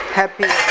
happy